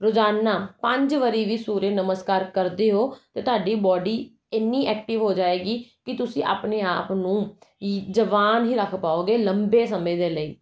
ਰੋਜ਼ਾਨਾ ਪੰਜ ਵਾਰੀ ਵੀ ਸੂਰਿਆ ਨਮਸਕਾਰ ਕਰਦੇ ਹੋ ਤਾਂ ਤੁਹਾਡੀ ਬਾਡੀ ਇੰਨੀ ਐਕਟਿਵ ਹੋ ਜਾਵੇਗੀ ਵੀ ਤੁਸੀਂ ਆਪਣੇ ਆਪ ਨੂੰ ਈ ਜਵਾਨ ਹੀ ਰੱਖ ਪਾਓਗੇ ਲੰਬੇ ਸਮੇਂ ਦੇ ਲਈ